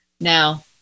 Now